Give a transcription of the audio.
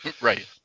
Right